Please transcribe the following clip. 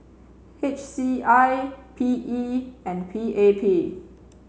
H C I P E and P A P